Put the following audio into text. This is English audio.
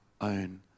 own